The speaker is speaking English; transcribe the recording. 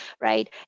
right